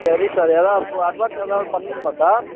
சரி சார் எதாவது அட்வான்ஸ் எதாவது பண்ணணுமா சார்